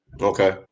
Okay